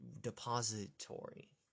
depository